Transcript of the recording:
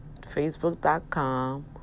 facebook.com